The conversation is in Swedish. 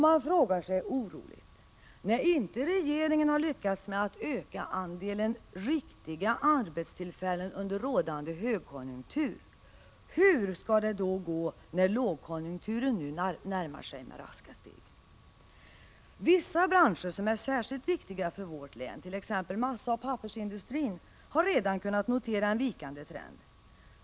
Man frågar sig oroligt: När inte regeringen har lyckats med att öka antalet ”riktiga” arbetstillfällen under rådande högkonjunktur, hur skall det då gå när lågkonjunkturen nu närmar sig med raska steg? Vissa branscher som är särskilt viktiga för vårt län, t.ex. massaoch pappersindustrin, har redan kunnat notera en vikande trend.